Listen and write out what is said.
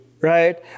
right